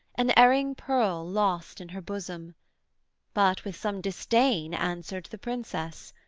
an erring pearl lost in her bosom but with some disdain answered the princess,